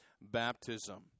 baptism